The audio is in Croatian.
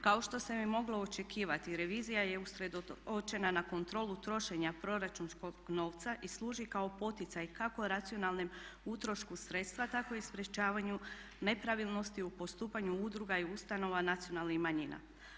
Kao što sam i mogla očekivati revizija je usredotočena na kontrolu trošenja proračunskog novca i služi kao poticaj kako o racionalnom utrošku sredstava tako i sprečavanju nepravilnosti u postupanju udruga i ustanova nacionalnih manjina.